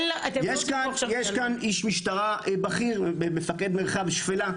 יש כאן איש משטרה בכיר, מפקד מרחב שפלה.